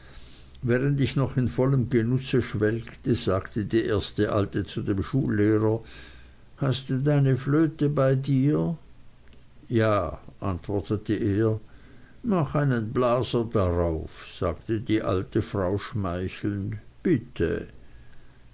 während ich noch in vollem genusse schwelgte sagte die erste alte zu dem schullehrer hast du deine flöte bei dir ja antwortete er mach einen blaser drauf sagte die alte frau schmeichelnd bitte